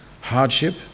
hardship